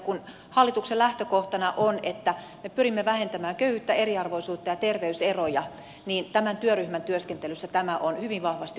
kun hallituksen lähtökohtana on että me pyrimme vähentämään köyhyyttä eriarvoisuutta ja terveyseroja niin tämän työryhmän työskentelyssä tämä on hyvin vahvasti